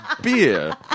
beer